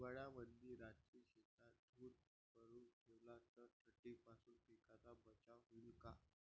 हिवाळ्यामंदी रात्री शेतात धुर करून ठेवला तर थंडीपासून पिकाचा बचाव होईन का?